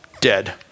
dead